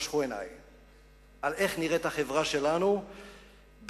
חשכו עיני על איך נראית החברה שלנו ב-2009.